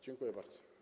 Dziękuję bardzo.